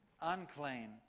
unclean